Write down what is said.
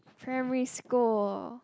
primary school